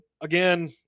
Again